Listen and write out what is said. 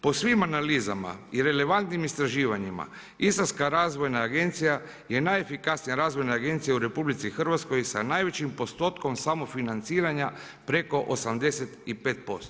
Po svim analizama i relevantnim istraživanjima Istarska razvojna agencija je najefikasnija razvojna agencija u RH sa najvećim postotkom samofinanciranja preko 85%